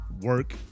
work